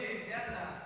--- יאללה.